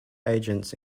agents